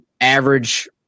Average